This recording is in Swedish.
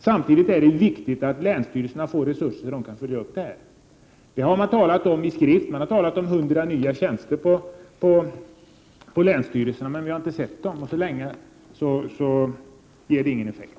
Samtidigt är det viktigt att länsstyrelserna får resurser så att de kan följa upp dessa frågor. Det har talats om hundra nya tjänster vid länsstyrelserna, men dessa har vi inte sett. Så länge det är på det sättet blir det ingen effekt.